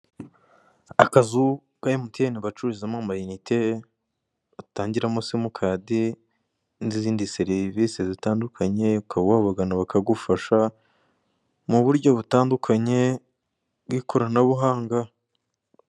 Akazu ka emutiyene bacururizamo amayinite, batangiramo simukadi n'izindi serivise zitandukanye; ukaba wabagana bakagufasha mu buryo butandukanye bw'ikoranabuhanga.